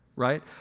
Right